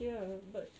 okay ah but